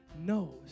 knows